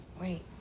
Wait